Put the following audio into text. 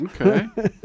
Okay